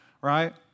Right